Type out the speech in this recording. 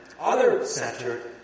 other-centered